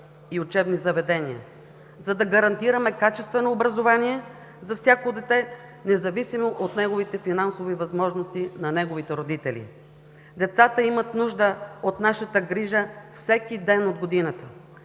и учебни заведения, за да гарантираме качествено образование за всяко дете, независимо от финансови възможности на неговите родители. Децата имат нужда от нашата грижа всеки ден от годината.